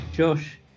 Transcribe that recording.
Josh